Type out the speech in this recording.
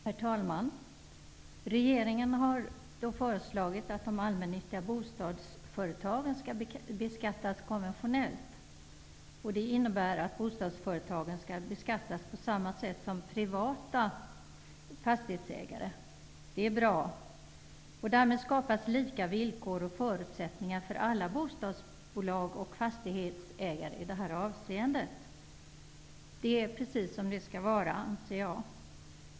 Herr talman! Regeringen har föreslagit att de allmännyttiga bostadsföretagen skall beskattas konventionellt. Detta innebär att bostadsföretagen skall beskattas på samma sätt som privata fastighetsägare. Det är bra. Därmed skapas lika villkor och förutsättningar för alla bostadsbolag och fastighetsägare i detta avseende. Det är precis som det skall vara.